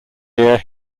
year